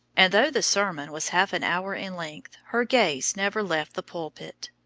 and though the sermon was half an hour in length, her gaze never left the pulpit.